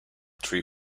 three